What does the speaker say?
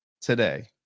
today